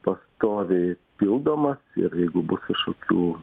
pastoviai pildomas ir jeigu bus kažkokių